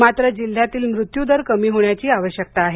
मात्र जिल्ह्यातील मृत्यू दर कमी होण्याची आवश्यकता आहे